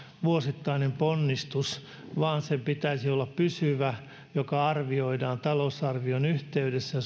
vuosittainen ponnistus vaan sen pitäisi olla pysyvä joka arvioidaan talousarvion suunnittelun yhteydessä